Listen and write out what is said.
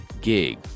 gig